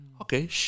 okay